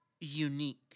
unique